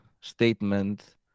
statement